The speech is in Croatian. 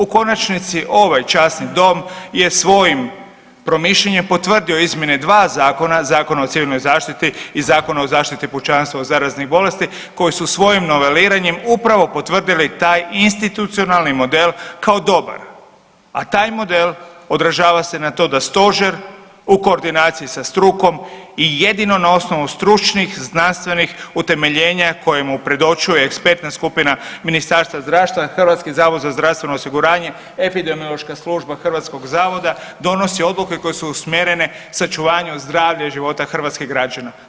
U konačnici ovaj časni dom je svojim promišljanjem potvrdio izmjene dva zakon, Zakon o civilnoj zaštiti i Zakon o zaštiti pučanstva od zaraznih bolesti koji su svojim noveliranjem upravo potvrdili taj institucionalni model kao dobar, a taj model odražava se na to da stožer u koordinaciji sa strukom i jedino na osnovu stručnih, znanstvenih utemeljenja koje mu predočuje ekspertna skupina Ministarstva zdravstva, HZZO, Epidemiološka služba hrvatskog zavoda donosi odluke koje su usmjerene sačuvanju zdravlja i života hrvatskih građana.